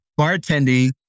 bartending